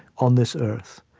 on this earth.